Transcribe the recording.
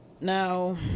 Now